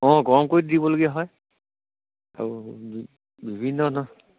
অঁ গৰম কৰি দিবলগীয়া হয় আৰু বিভিন্ন ধৰণৰ